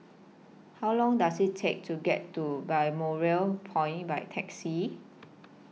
How Long Does IT Take to get to Balmoral Point By Taxi